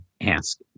ask